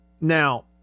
Now